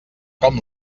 com